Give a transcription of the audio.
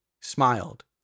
smiled